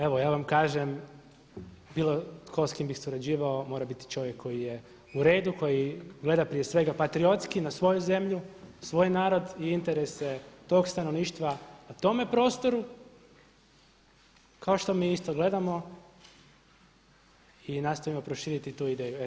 Evo ja vam kažem bilo tko s kim bih surađivao mora biti čovjek koji je u redu, koji gleda prije svega patriotski na svoju zemlju, na svoj narod i interese tog stanovništva na tome prostoru kao što mi isto gledamo i nastojimo proširiti tu ideju.